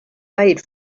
made